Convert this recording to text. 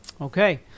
Okay